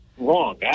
wrong